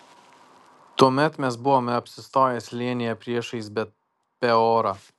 tuomet mes buvome apsistoję slėnyje priešais bet peorą